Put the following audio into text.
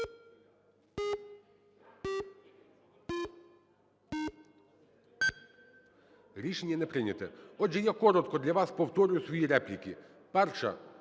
Рішення не прийнято. Отже, я коротко для вас повторю свої репліки. Перша.